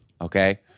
okay